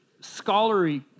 scholarly